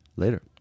later